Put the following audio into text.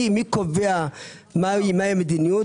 מי קובע מה המדיניות?